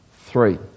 three